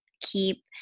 Keep